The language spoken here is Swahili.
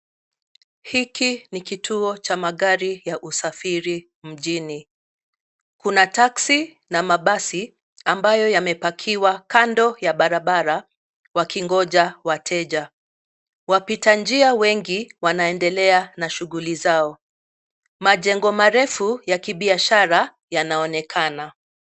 Hiki ni kituo cha magari ya usafiri mjini. Kuna taxi na mabasi ambayo yamepakiwa kando ya barabara wakingoja wateja. Wapitanjia wengi wanaendelea na shughuli zao. Majengo marefu ya kibiashara yanaonekana.